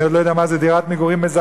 אני עוד לא יודע מה זה דירת מגורים מזכה.